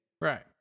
Right